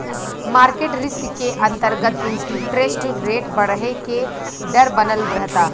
market risk के अंतरगत interest rate बरहे के डर बनल रहता